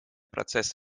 процесс